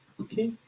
Okay